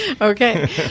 Okay